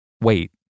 wait